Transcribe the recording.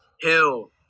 Hill